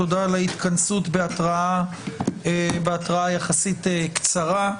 תודה על ההתכנסות בהתראה יחסית קצרה.